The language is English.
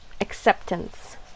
Acceptance